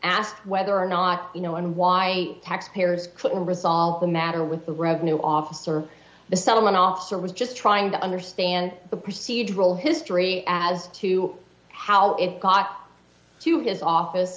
asked whether or not you know and why taxpayers couldn't resolve the matter with the revenue officer the settlement officer was just trying to understand the procedural history as to how it got up to his office